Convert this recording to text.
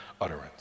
utterance